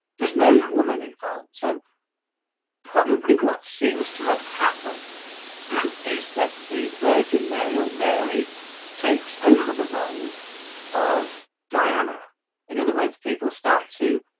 there's no woman involved so probably what seems to have happened is that the virgin mary, ol meri takes over the role of diana in other words people start to